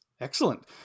Excellent